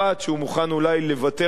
שהוא מוכן אולי לוותר עליה.